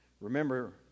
Remember